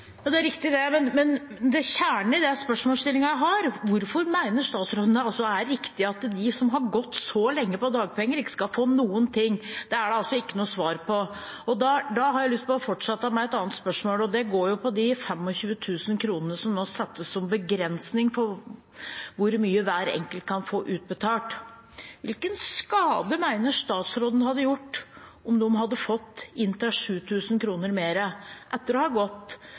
Det er riktig, det. Men kjernen i den spørsmålsstillingen jeg har, er: Hvorfor mener statsråden det er riktig at de som har gått så lenge på dagpenger, ikke skal få noen ting? Det er det altså ikke noe svar på. Da har jeg lyst til å fortsette med et annet spørsmål, og det handler om de 25 000 kronene som nå settes som begrensning for hvor mye hver enkelt kan få utbetalt. Hvilken skade mener statsråden det hadde gjort om de hadde fått inntil 7 000 kr mer etter å ha gått